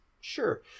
Sure